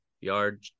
yard